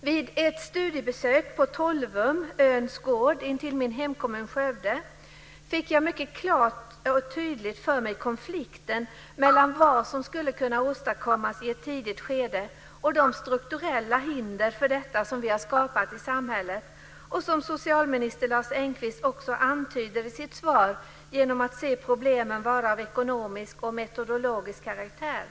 Vid ett studiebesök på Tolvum, Öhns Gård, intill min hemkommun Skövde, fick jag mycket klart och tydligt för mig konflikten mellan vad som skulle kunna åstadkommas i ett tidigt skede och de strukturella hinder för detta som vi har skapat i samhället. Detta antyder ju socialminister Lars Engqvist också i sitt svar genom att anse problemen vara av ekonomisk och metodologisk karaktär.